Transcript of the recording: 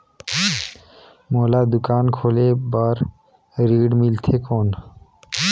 मोला दुकान खोले बार ऋण मिलथे कौन?